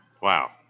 Wow